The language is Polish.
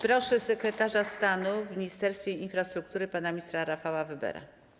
Proszę sekretarza stanu w Ministerstwie Infrastruktury pana ministra Rafała Webera.